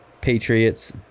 Patriots